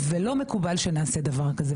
ולא מקובל שנעשה דבר כזה.